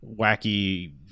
wacky